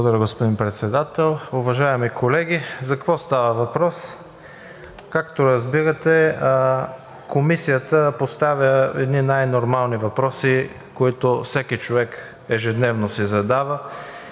Благодаря, господин Председател. Уважаеми колеги! За какво става въпрос? Както разбирате, Комисията поставя едни най-нормални въпроси, които всеки човек ежедневно си задава.